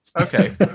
Okay